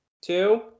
Two